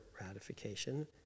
ratification